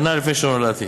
שנה לפני שנולדתי,